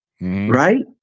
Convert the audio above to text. Right